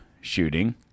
shooting